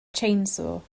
chainsaw